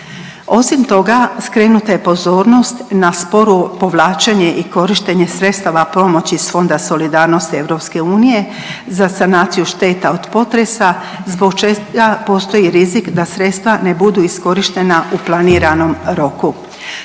Osim toga, skrenuta je pozornost na sporo povlačenje i korištenje sredstava pomoći iz Fonda solidarnosti EU za sanaciju šteta od potresa zbog čega postoji rizik da sredstva ne budu iskorištena u planiranom roku.